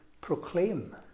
proclaim